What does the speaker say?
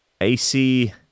AC